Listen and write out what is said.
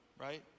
right